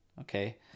Okay